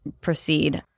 proceed